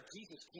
Jesus